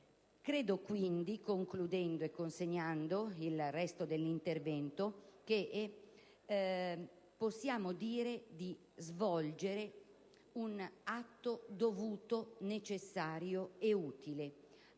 Credo quindi, concludendo e consegnando il testo integrale dell'intervento, che possiamo dire di compiere un atto dovuto, necessario e utile